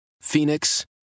Phoenix